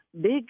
big